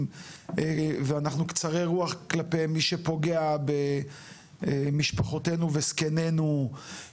ואנחנו קצרי רוח כלפי מי שפוגע במשפחותינו ובזקנינו.